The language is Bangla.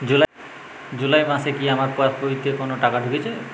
জুলাই মাসে কি আমার পাসবইতে কোনো টাকা ঢুকেছে?